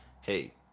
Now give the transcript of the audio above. hey